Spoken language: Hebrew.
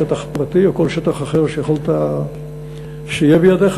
שטח פרטי או כל שטח אחר שיהיה בידיך,